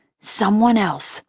someone else,